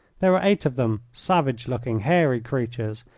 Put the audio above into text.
there were eight of them, savage-looking, hairy creatures,